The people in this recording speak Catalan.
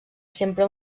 sempre